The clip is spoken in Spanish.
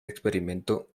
experimento